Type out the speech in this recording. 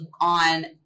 on